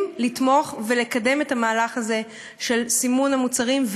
לתמוך ולקדם את המהלך הזה של סימון המוצרים,